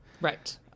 Right